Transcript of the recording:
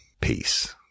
Peace